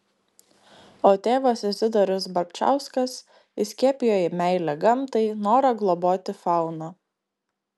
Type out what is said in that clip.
o tėvas izidorius barčauskas įskiepijo jai meilę gamtai norą globoti fauną